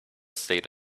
state